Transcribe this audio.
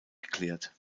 geklärt